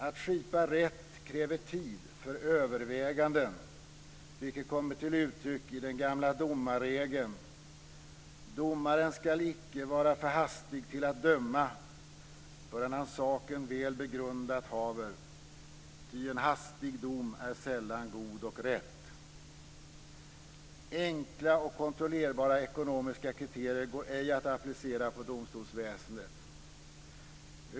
Att skipa rätt kräver tid för överväganden, vilket kommer till uttryck i den gamla domarregeln: "Domaren skall icke vara för hastig till att döma, förrän han saken väl begrundat haver, ty en hastig dom är sällan god och rätt." Enkla och kontrollerbara ekonomiska kriterier går ej att applicera på domstolsväsendet.